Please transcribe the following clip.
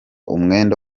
umwenda